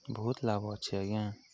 ବହୁତ ଲାଭ ଅଛି ଆଜ୍ଞା